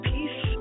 Peace